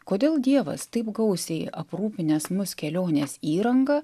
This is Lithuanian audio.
kodėl dievas taip gausiai aprūpinęs mus kelionės įranga